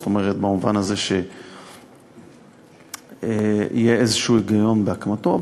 זאת אומרת במובן הזה שיהיה איזה היגיון בהקמתו.